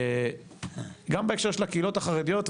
גם בהקשר הקהילות החרדיות,